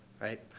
Right